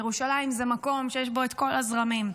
ירושלים זה מקום שיש בו את כל הזרמים,